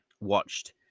watched